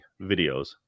videos